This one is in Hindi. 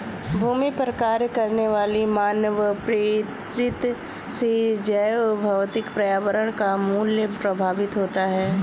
भूमि पर कार्य करने वाली मानवप्रेरित से जैवभौतिक पर्यावरण का मूल्य प्रभावित होता है